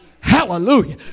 Hallelujah